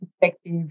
perspective